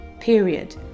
Period